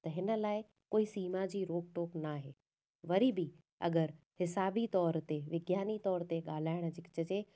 त हिन लाइ कोई सीमा जी रोक टोक न आहे वरी बि अगरि हिसाबी तौर ते विज्ञानी तौर ते ॻाल्हाइणु जे